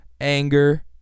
anger